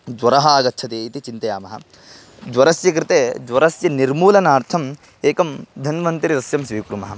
ज्वरः आगच्छति इति चिन्तयामः ज्वरस्य कृते ज्वरस्य निर्मूलनार्थम् एकं धन्वन्तरि सस्यं स्वीकुर्मः